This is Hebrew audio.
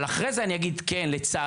אבל אחרי זה אני אגיד, כן, לצערי,